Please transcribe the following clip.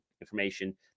information